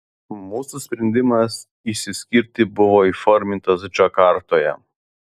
mūsų sprendimas išsiskirti buvo įformintas džakartoje